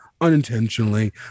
unintentionally